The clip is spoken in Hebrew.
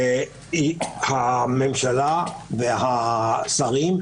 הממשלה והשרים,